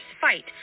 fight